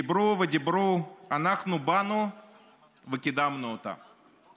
דיברו ודיברו, אנחנו באנו וקידמנו אותה,